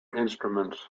instruments